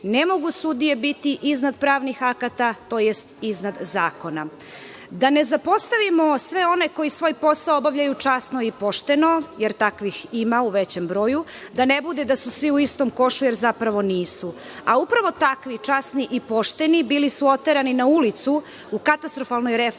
Ne mogu sudije biti iznad pravnih akata, tj. iznad zakona. Da ne zapostavimo sve one koji svoj posao obavljaju časno i pošteno, jer takvih ima u većem broju, da ne bude da su svi u istom košu, jer zapravo nisu, a upravo takvi, časni i pošteni, bili su oterani na ulicu u katastrofalnoj reformi